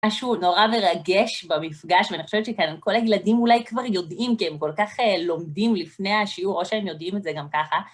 משהו נורא מרגש במפגש, ואני חושבת שכאן כל הילדים אולי כבר יודעים כי הם כל כך לומדים לפני השיעור, או שהם יודעים את זה גם ככה.